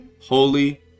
Holy